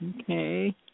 Okay